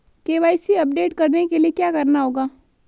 KYC update करने के लिए क्या करना होगा?